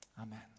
Amen